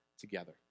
together